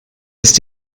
ist